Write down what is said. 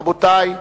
רבותי,